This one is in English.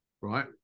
right